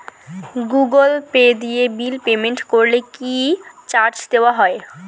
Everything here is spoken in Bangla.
গুগল পে দিয়ে বিল পেমেন্ট করলে কি চার্জ নেওয়া হয়?